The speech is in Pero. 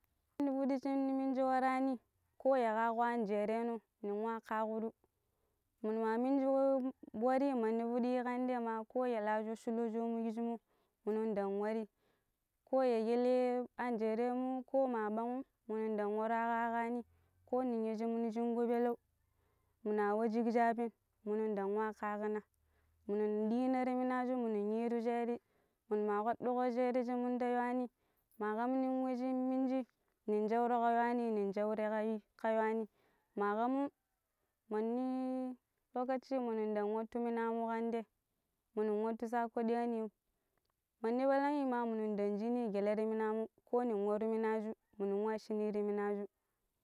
mini pidi shi ne miniji warani ko ya kaaƙo anjere no nen wa kaakuru ne ma miniji wa wari mandi pidi kan te ma ko ya la jo lo shilo mo yi giji mo minun ɗang warii ko ya ƙale anjere mu ko mu a ɓan'um niinun nɗang wara kaƙaani ko ninya shi min shinko peleu minu a wa shik shaabim minun nɗang ƙaaƙina mini ɗiina timinaju minu yina sheri minu ma kɓaɗɗuko sheer shi min da yaani ma kam nen we shi wei shin miniji nen shauro ka yuani nen sharo yi ka yauni ma kamun mun ni minu ndang wattu mina mu kan te minun sako diya ni mandi palangi ma minun dan shini gale timinamu ko ni waru minaju minu wa shini ti minaju.